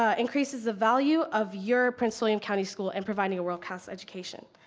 ah increases the value of your prince william county school and providing a world class education.